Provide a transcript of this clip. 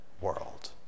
world